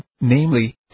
namely